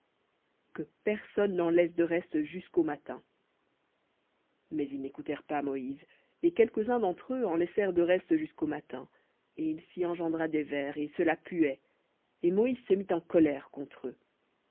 que personne n'en laisse de reste jusqu'au matin mais ils n'écoutèrent pas moïse et quelques-uns en laissèrent de reste jusqu'au matin et il s'y engendra des vers et cela puait et moïse se mit en colère contre eux